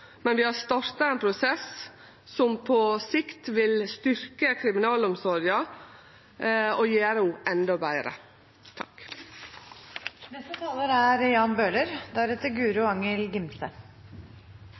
men vi har starta ein prosess som på sikt vil styrkje kriminalomsorga og gjere ho endå betre. Et spørsmål som jeg mener vi har viet for lite oppmerksomhet i justispolitikken, er